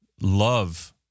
love